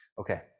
Okay